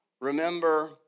remember